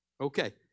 Okay